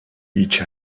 each